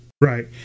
Right